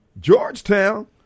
Georgetown